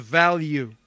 value